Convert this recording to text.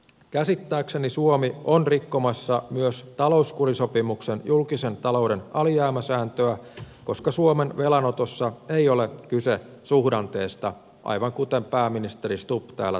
käsittääkseni suomi on rikkomassa myös talouskurisopimuksen julkisen talouden alijäämäsääntöä koska suomen velanotossa ei ole kyse suhdanteista aivan kuten pääministeri stubb täällä tänään totesi